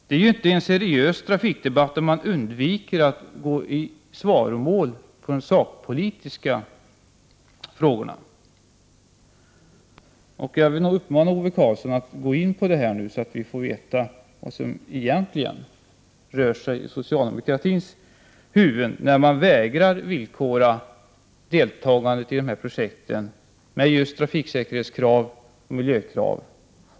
Det blir ju inte en seriös trafikdebatt, om man undviker att gå i svaromål i de sakpolitiska frågorna. Jag vill uppmana Ove Karlsson att gå in på de här frågorna, så att vi får veta vad som rör sig i socialdemokratins huvuden, när man vägrar att villkora deltagandet i de här projekten med just trafiksäkerhetskrav och miljökrav.